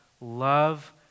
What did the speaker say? love